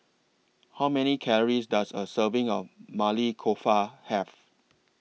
How Many Calories Does A Serving of Maili Kofta Have